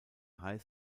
high